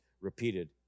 repeated